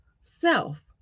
self